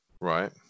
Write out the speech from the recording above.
Right